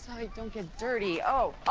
i won't get dirty. oh,